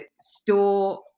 store